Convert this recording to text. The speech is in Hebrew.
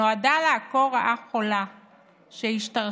נועדה לעקור רעה חולה שהשתרשה,